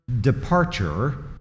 departure